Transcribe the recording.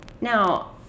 Now